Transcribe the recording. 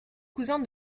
cousin